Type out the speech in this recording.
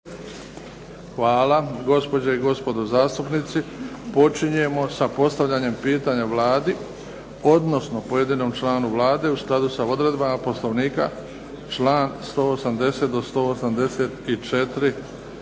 (HDZ)** Gospođe i gospodo zastupnici počinjemo sa postavljanjem pitanja Vladi, odnosno pojedinom članu Vlade u skladu sa odredbama Poslovnika, član 180. do 184.